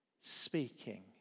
speaking